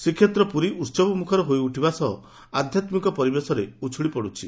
ଶ୍ରୀ କ୍ଷେତ୍ର ପୁରୀ ଉସ୍ସବ ମୁଖର ହୋଇ ଉଠିବା ସହ ଆଧ୍ଘାତ୍କିକ ପରିବେଶରେ ଉଛୁଳି ପଡୁଛି